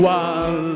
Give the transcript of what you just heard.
one